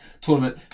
tournament